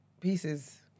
pieces